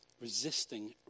Resisting